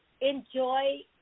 enjoy